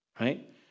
right